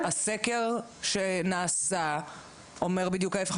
הסקר שנעשה הראה בדיוק הפוך.